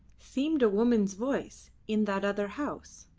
seemed a woman's voice. in that other house.